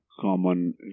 common